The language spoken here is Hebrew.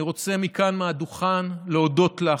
אני רוצה מכאן, מהדוכן, להודות לך,